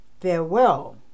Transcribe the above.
farewell